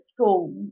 school